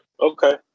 Okay